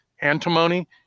antimony